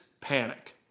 panic